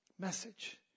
Message